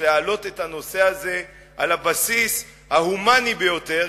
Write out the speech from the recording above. להעלות את הנושא הזה על הבסיס ההומני ביותר,